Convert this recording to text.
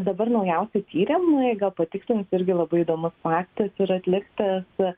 dabar naujausi tyrimai gal patikslinsiu irgi labai įdomus faktas yra atliktas